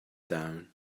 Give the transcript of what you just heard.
down